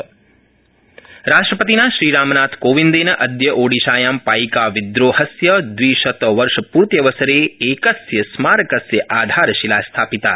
राष्ट्रपति राष्ट्रपतिना श्रीरामनाथकोविन्देन अद्य ओडिशायां पाइका विद्रोहस्य द्विशतवर्ष पूर्त्यवसरे एकस्य स्मारकस्य आधारशिला स्थापिता